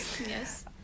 Yes